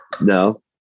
No